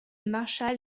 marshall